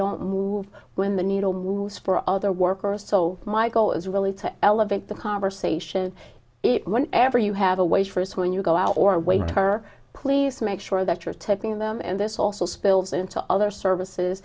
don't move when the needle moves for other workers so my goal is really to elevate the conversation when ever you have a waitress when you go out or waiter please make sure that you're taking them and this also spills into other services